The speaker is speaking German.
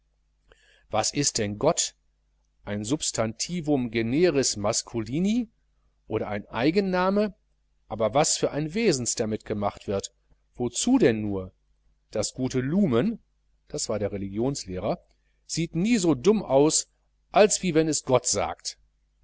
was ist denn gott ein substantivum generis masculini oder ein eigenname aber was für ein wesens damit gemacht wird wozu denn nur das gute lumen das war der religionslehrer sieht nie so dumm aus als wie wenn es gott sagt